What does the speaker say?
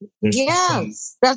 Yes